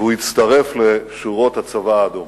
והצטרף לשורות הצבא האדום.